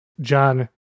John